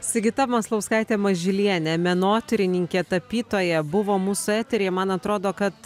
sigita maslauskaitė mažylienė menotyrininkė tapytoja buvo mūsų eteryje man atrodo kad